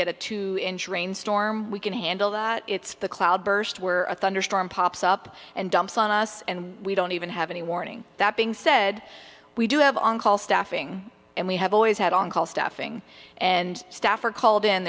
get a two inch rain storm we can handle that it's the cloudburst where a thunderstorm pops up and dumps on us and we don't even have any warning that being said we do have on call staffing and we have always had on call staffing and staff are c